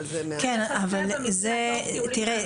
אבל תראה,